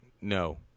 no